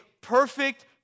perfect